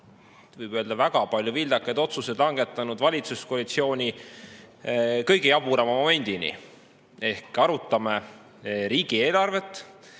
selle väga palju vildakaid otsuseid langetanud valitsuskoalitsiooni kõige jaburama momendini. Ehk me arutame riigieelarvet,